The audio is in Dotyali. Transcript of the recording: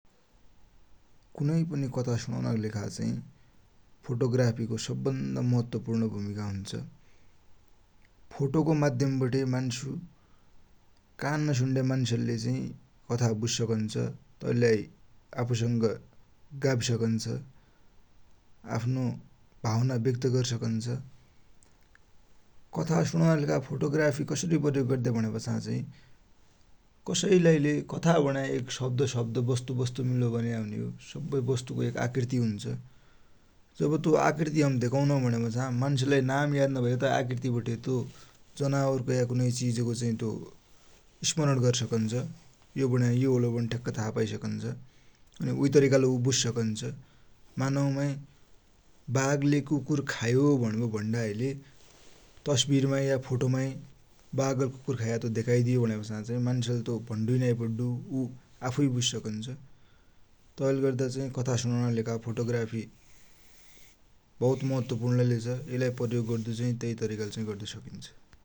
कुनैकुनै कथा सुणुनकिलेखा चाहि फोटोग्राफीको महत्वपुर्ण भूमिका हुन्छ। भगवानका फोटा हुनानकी, कि राखीवटी हुन्छ, तु चिज लाइ प्राथमिकता दि वटी चाही रुम सजुन्याभ्या, साथै सरसफाई गद्दाकी लेखा चाही रुम मा बास औन नदिन्या, तै कि लेखा चाही तिन चिज मा ध्यान दिन्या भ्या, रुम लाई सफा कसरि गद्द्या, धुप बत्ति गद्द्या, हावा आसपास हुन् दिन्या तै चिजमा। फोटोको मध्यमबठे मान्सु कान नसुण्या मान्सले चाहि कथा बुजिसकुन्छ। तिलाई आफुसंग गाभिसकुन्छ, आफ़्नो भावना ब्यक्त गरि सकुंछ। कथा सुणुनाकि फोटोग्राफी कसरि प्रयोग गद्या भुण्यापाछा चाही, कथा भुण्या एक शब्द शब्द, बस्तु बस्तु मिलिबटे बन्या हुन्यो। सब्बै बस्तुको एक आकृति हुन्छ, जब हम तो आकृति धेकुनु भुण्यापछा मान्सुलाई नाम याद न भयालै तै आकृति बठे तो जनावर या और कुनै चिजको स्मरण गरि सकुन्छ, यो भुन्या यो होलो भुणी ठ्याक्क था पाई सकुन्छ, उइ तरिकाले उ बुजिसकुन्छ, मानौ उइमा बाघले कुकुर खायो भुणिबटे भुण्णाहैलै तस्बिरमा या फोटोमा बाघले कुकुर खायो तो धेकाइदियो भुण्यापाछा चाही मान्सुन्ले भुण्डु नाइँ पड्डो, आफ़ुइ बुझिसकुन्छ, तैले गद्दा चाही कथा सुणुनाकि लेखा चाही फोटोग्राफी भौत महत्वपुर्ण लै छ, एइलाइ प्रयोग गद्दु चाही तै तरिकाले चाहि गद्दु सकिन्छ।